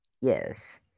Yes